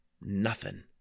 Nothing